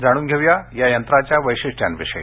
जाणून घेऊया या यंत्राच्या वैशिष्ट्यांविषयी